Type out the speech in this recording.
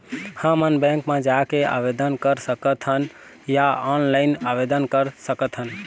हमन बैंक मा जाके आवेदन कर सकथन या ऑनलाइन आवेदन कर सकथन?